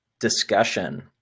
discussion